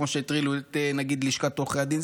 כמו שהטרילו נגיד את לשכת עורכי הדין,